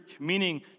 meaning